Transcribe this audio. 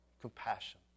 compassion